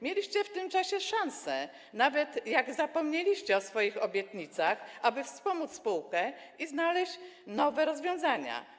Mieliście w tym czasie szansę, nawet kiedy zapomnieliście o swoich obietnicach, aby ją wspomóc i znaleźć nowe rozwiązania.